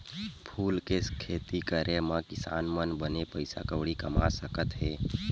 फूल के खेती करे मा किसान मन बने पइसा कउड़ी कमा सकत हे